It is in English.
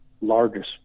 largest